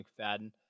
McFadden